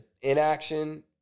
Inaction